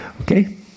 Okay